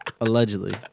Allegedly